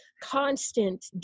constant